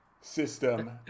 system